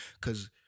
Cause